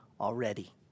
already